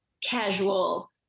casual